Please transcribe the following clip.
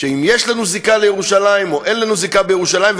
אם יש לנו זיקה לירושלים או אין לנו זיקה לירושלים,